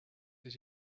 did